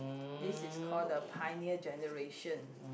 this is call the pioneer generation